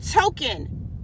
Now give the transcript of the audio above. token